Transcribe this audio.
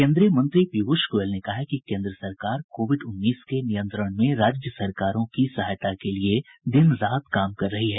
केंद्रीय मंत्री पीयूष गोयल ने कहा है कि केंद्र सरकार कोविड उन्नीस के नियंत्रण में राज्य सरकारों की सहायता के लिए दिन रात काम कर रही है